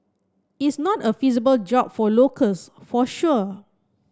is not a feasible job for locals for sure